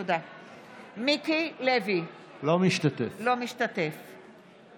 מיקי לוי, אינו משתתף בהצבעה